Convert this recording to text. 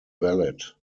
valid